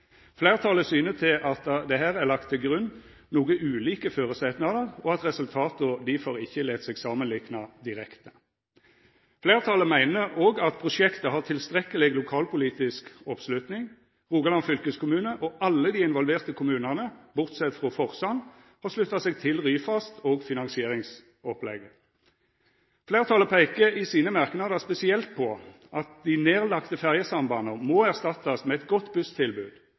Fleirtalet syner til at det her er lagt til grunn noko ulike føresetnader, og at resultata difor ikkje lèt seg samanlikna direkte. Fleirtalet meiner òg at prosjektet har tilstrekkeleg lokalpolitisk oppslutning. Rogaland fylkeskommune og alle dei involverte kommunane, bortsett frå Forsand, har slutta seg til Ryfast og finansieringsopplegget. Fleirtalet peikar i sine merknader spesielt på at dei nedlagde ferjesambanda må erstattast med eit godt busstilbod,